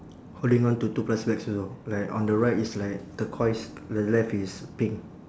holding on to two plastic bags also like on the right it's like turquoise the left is pink